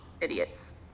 idiots